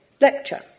lecture